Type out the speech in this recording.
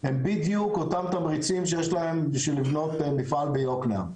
הם בדיוק אותם תמריצים שיש להם בשביל לבנות מפעל ביוקנעם,